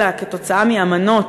אלא כתוצאה מאמנות